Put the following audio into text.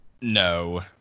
No